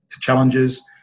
challenges